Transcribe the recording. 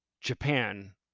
Japan